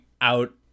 Out